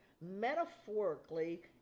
Metaphorically